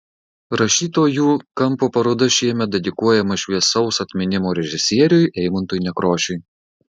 rašytojų kampo paroda šiemet dedikuojama šviesaus atminimo režisieriui eimuntui nekrošiui